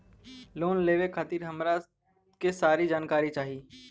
Loan लेवे खातीर हमरा के सारी जानकारी चाही?